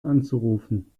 anzurufen